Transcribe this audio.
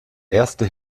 erste